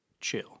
chill